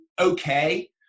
okay